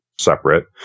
Separate